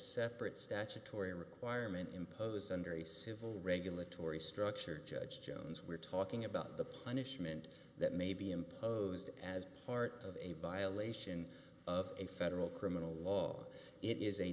separate statutory requirement imposed and very simple regulatory structure judge jones we're talking about the punishment that may be imposed as part of a by a lation of a federal criminal law it is a